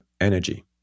energy